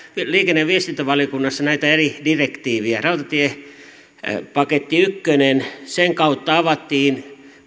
liikenne ja viestintävaliokunnassa näitä eri direktiivejä rautatiepaketti ykköstä sen kautta avattiin